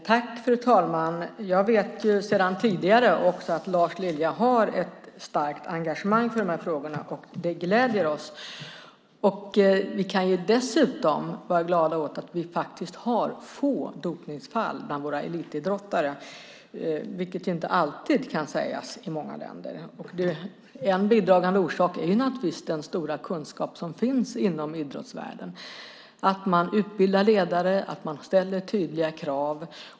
Fru talman! Jag vet sedan tidigare att Lars Lilja har ett starkt engagemang i de här frågorna. Det gläder oss. Vi kan dessutom vara glada åt att det är få dopningsfall bland våra elitidrottare. Det kan inte alltid sägas om många länder. En bidragande orsak är naturligtvis den stora kunskap som finns inom idrottsvärlden. Man utbildar ledare och man ställer tydliga krav.